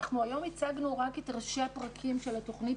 היום אנחנו הצגנו רק את ראשי הפרקים של התוכנית